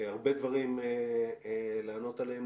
הרבה דברים לענות עליהם.